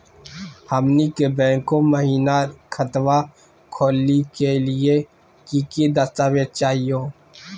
हमनी के बैंको महिना खतवा खोलही के लिए कि कि दस्तावेज चाहीयो?